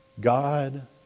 God